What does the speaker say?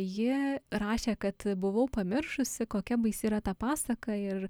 ji rašė kad buvau pamiršusi kokia baisi yra ta pasaka ir